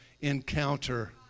encounter